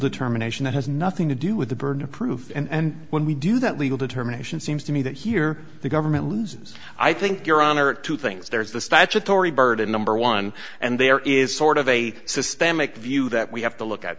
determination that has nothing to do with the burden of proof and when we do that legal determination seems to me that here the government loses i think two things there's the statutory burden number one and there is sort of a systemic view that we have to look at